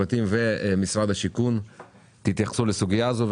ומשרד השיכון יתייחסו לסוגיה הזאת.